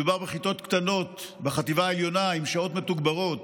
מדובר בכיתות קטנות בחטיבה העליונה עם שעות מתוגברות